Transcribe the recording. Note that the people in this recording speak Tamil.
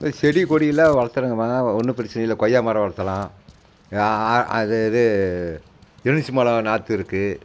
செடி கொடியெல்லாம் வளர்த்துறங்கம்மா ஒன்றும் பிரச்சின இல்லை கொய்யா மரம் வளர்த்தலாம் அது இது எலுமிச்சைம் பழம் நாற்று இருக்குது